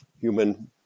human